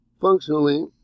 Functionally